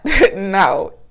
No